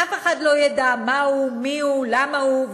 אף אחד לא ידע מה הוא, מי הוא, למה הוא,